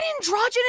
Androgynous